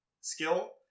skill